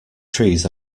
trees